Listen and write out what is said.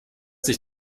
sich